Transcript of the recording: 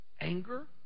anger